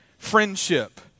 Friendship